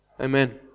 Amen